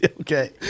Okay